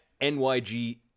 NYG